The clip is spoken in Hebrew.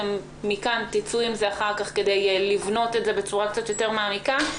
מכאן תצאו אחר כך כדי לבנות את זה בצורה קצת יותר מעמיקה,